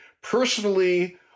personally